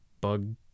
bug